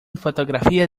fotografías